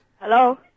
Hello